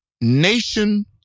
nation